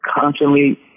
constantly